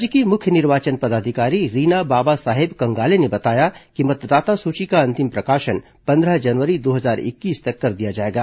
राज्य की मुख्य निर्वाचन पदाधिकारी रीना बाबा साहेब कंगाले ने बताया कि मतदाता सूची का अंतिम प्रकाशन पंद्रह जनवरी दो हजार इक्कीस तक कर दिया जाएगा